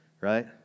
Right